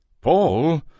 Paul